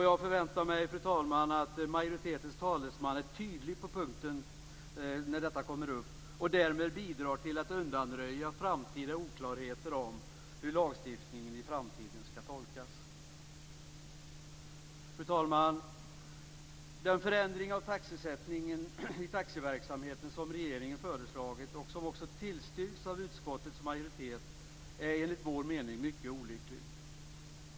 Jag förväntar mig, fru talman, att majoritetens talesman är tydlig på den här punkten när detta kommer upp och därmed bidrar till att undanröja oklarheter om hur lagstiftningen i framtiden skall tolkas. Fru talman! Den förändring av taxesättningen i taxiverksamheten som regeringen föreslagit, och som också tillstyrkts av utskottets majoritet, är enligt vår mening mycket olycklig.